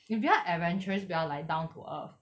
你比较 adventurous 比较 like down to earth